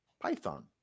python